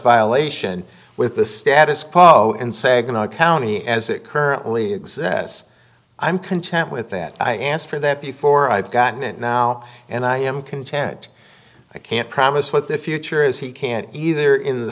violation with the status quo in saginaw county as it currently exists i'm content with that i asked for that before i've gotten it now and i am content i can't promise what the future is he can't either